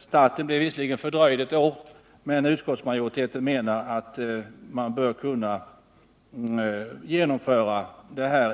Starten blev visserligen fördröjd ett år, men utskottsmajoriteten menar att man bör kunna genomföra